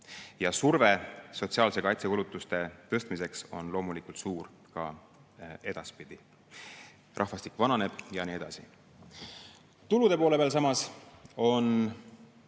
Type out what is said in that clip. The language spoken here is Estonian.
Surve sotsiaalsete ja kaitsekulutuste tõstmiseks on loomulikult suur ka edaspidi. Rahvastik vananeb ja nii edasi. Samas, tulude poole peal on